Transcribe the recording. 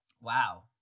Wow